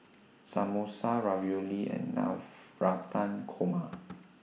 Samosa Ravioli and Navratan Korma